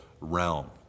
realm